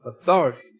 authority